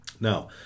Now